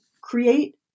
create